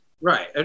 Right